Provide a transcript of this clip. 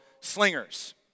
slingers